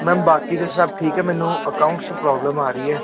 ma'am ਬਾਕੀ ਤਾਂ ਸਭ ਠੀਕ ਹੈ ਮੈਨੂੰ ਅਕਾਊਂਟਸ 'ਚ ਪ੍ਰੋਬਲਮ ਆ ਰਹੀ ਹੈ